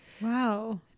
Wow